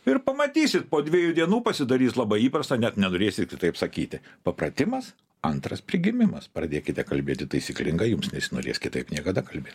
ir pamatysit po dviejų dienų pasidarys labai įprasta net nenorėsi tu taip sakyti papratimas antras prigimimas pradėkite kalbėti taisyklingai jums nesinorės kitaip niekada kalbėt